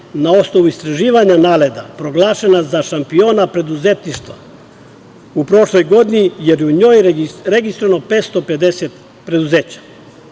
na osnovu istraživanja NALEDA proglašena za šampiona preduzetništva u prošloj godini, jer je u njoj registrovano 550 preduzeća.